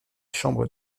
chambres